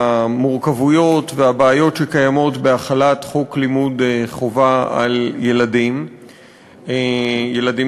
המורכבויות והבעיות שקיימים בהחלת חוק לימוד חובה על ילדים קטנים,